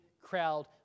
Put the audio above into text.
crowd